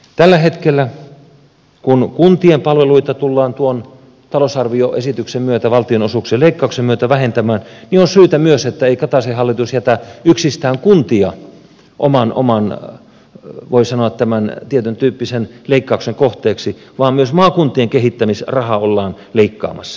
tällä hetkellä kun kuntien palveluita tullaan tuon talousarvioesityksen myötä valtionosuuksien leikkauksen myötä vähentämään on syytä myös todeta että kataisen hallitus ei jätä yksistään kuntia voi sanoa tietyntyyppisen leikkauksen kohteeksi vaan myös maakuntien kehittämisrahaa ollaan leikkaamassa